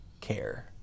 care